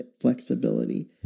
flexibility